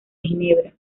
ginebra